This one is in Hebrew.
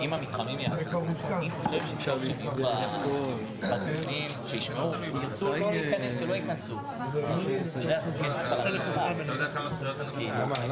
10:20.